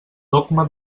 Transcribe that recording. dogma